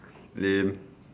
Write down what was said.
lame